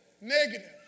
negative